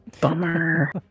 Bummer